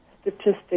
statistics